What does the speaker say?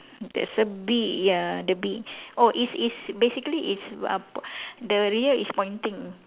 there's a bee ya the bee oh it's it's basically it's uh the rear is pointing